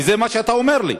וזה מה שאתה אומר לי.